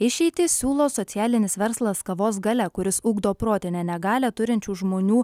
išeitį siūlo socialinis verslas kavos galia kuris ugdo protinę negalią turinčių žmonių